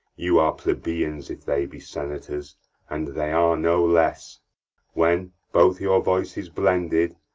you are plebeians, if they be senators and they are no less when, both your voices blended,